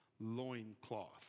loincloth